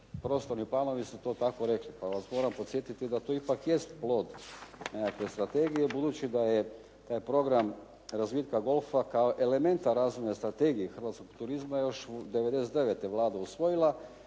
prostorni planovi su to tako rekli, pa vas moram podsjetiti da to ipak jest plod nekakve strategije budući da je taj program razvitka golfa kao elementa razvojne strategije hrvatskog turizma još 99. Vlada usvojila